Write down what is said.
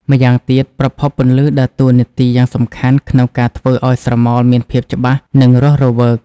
ម្យ៉ាងទៀត ប្រភពពន្លឺដើរតួនាទីយ៉ាងសំខាន់ក្នុងការធ្វើឱ្យស្រមោលមានភាពច្បាស់ និងរស់រវើក។